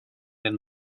den